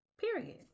Period